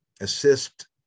assist